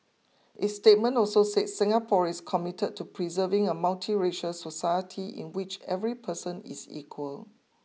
its statement also said Singapore is committed to preserving a multiracial society in which every person is equal